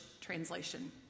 translation